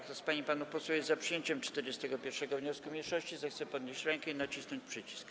Kto z pań i panów posłów jest za przyjęciem 41. wniosku mniejszości, zechce podnieść rękę i nacisnąć przycisk.